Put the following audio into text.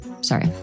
Sorry